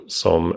som